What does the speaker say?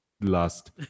last